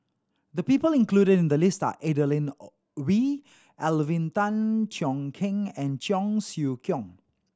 the people included in the list are Adeline Ooi Alvin Tan Cheong Kheng and Cheong Siew Keong